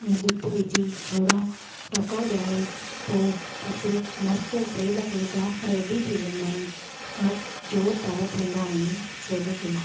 तंहिं में ॾुध विझी थोरा टहको ॾियारे पोइ बसि मस्त सेयल फुलका रेडी थी वेंदा आहिनि ज़ोरदार थींदा आहिनि सेयल फुलका